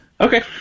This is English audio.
okay